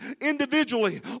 individually